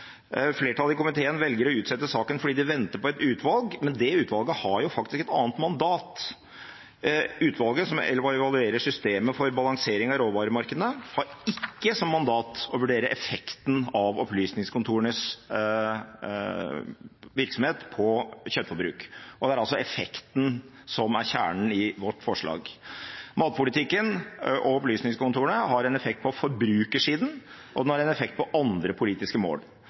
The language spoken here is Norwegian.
Flertallet i komiteen velger å utsette saken fordi de venter på et utvalg, men det utvalget har faktisk et annet mandat. Utvalget, som evaluerer systemet for balansering av råvaremarkedene, har ikke som mandat å vurdere effekten av opplysningskontorenes virksomhet og kjøttforbruk, og det er altså effekten som er kjernen i vårt forslag. Matpolitikken – og opplysningskontorene – har en effekt på forbrukersiden, og den har en effekt på andre politiske mål.